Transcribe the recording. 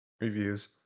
reviews